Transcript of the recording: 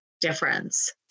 difference